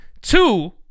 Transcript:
Two